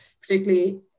particularly